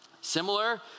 similar